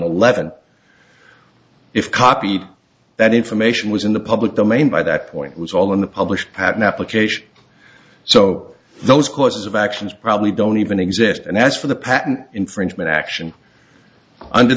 eleven if copied that information was in the public domain by that point was all in the published patent application so those courses of actions probably don't even exist and as for the patent infringement action under